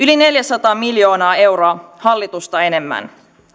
yli neljäsataa miljoonaa euroa hallitusta enemmän